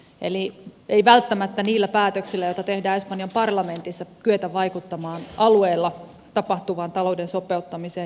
eli ei välttämättä niillä päätöksillä joita tehdään espanjan parlamentissa kyetä vaikuttamaan alueilla tapahtuvaan talouden sopeuttamiseen